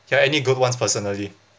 can I any good ones personally